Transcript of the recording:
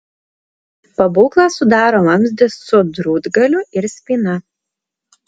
pabūklą sudaro vamzdis su drūtgaliu ir spyna